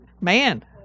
Man